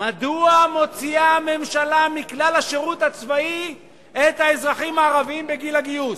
"מדוע מוציאה הממשלה מכלל השירות הצבאי את האזרחים הערבים בגיל הגיוס,